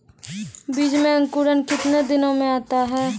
बीज मे अंकुरण कितने दिनों मे आता हैं?